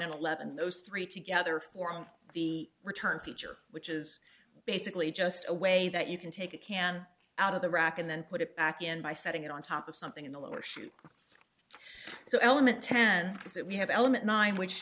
nine eleven and those three together for the return feature which is basically just a way that you can take a can out of the rack and then put it back in by setting it on top of something in the lower chute so element ten is it we have element nine which